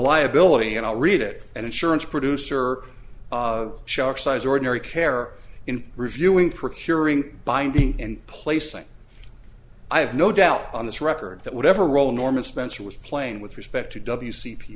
liability and i'll read it and insurance producer shark size ordinary care in reviewing procuring binding and placing i have no doubt on this record that whatever role enormous spencer was playing with respect to w c p